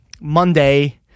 Monday